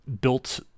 built